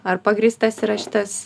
ar pagrįstas yra šitas